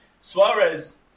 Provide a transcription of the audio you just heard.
Suarez